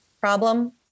Problem